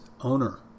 owner